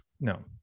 No